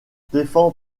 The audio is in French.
stefan